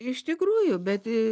iš tikrųjų bet